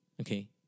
Okay